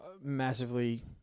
massively